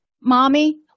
Mommy